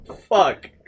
Fuck